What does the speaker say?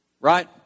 right